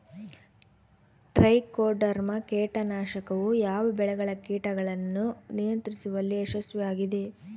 Trichoderma ಕೇಟನಾಶಕವು ಯಾವ ಬೆಳೆಗಳ ಕೇಟಗಳನ್ನು ನಿಯಂತ್ರಿಸುವಲ್ಲಿ ಯಶಸ್ವಿಯಾಗಿದೆ?